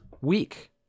week